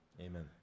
Amen